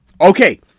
Okay